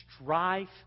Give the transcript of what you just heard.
strife